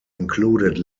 included